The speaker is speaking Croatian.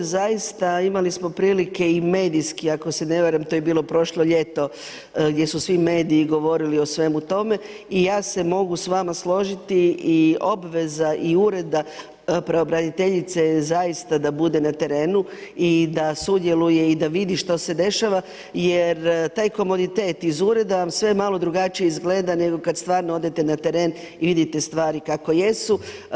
Zaista imali smo prilike i medijski ako se ne varam, to je bilo prošlo ljeto, gdje su svi mediji govorili o svemu tome i ja se mogu s vama složiti i obveza i ureda pravobraniteljice zaista je da bude na terenu i da sudjeluje i da vidi šta se dešava jer taj komoditet iz ureda vam sve malo drugačije izgleda nego kada stvarno odete na tren i vidite stvari kako jesu.